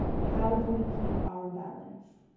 how do we keep our balance?